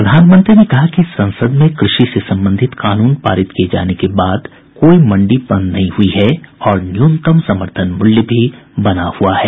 प्रधानमंत्री ने कहा कि संसद में कृषि से संबंधित कानून पारित किए जाने के बाद भी कोई भी मंडी बंद नहीं हुई है और न्यूनतम समर्थन मूल्य भी बना हुआ है